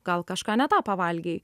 gal kažką ne tą pavalgei